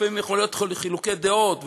לפעמים יכולים להיות חילוקי דעות,